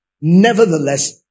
Nevertheless